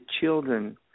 children